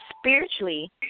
spiritually